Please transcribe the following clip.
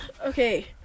Okay